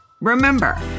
Remember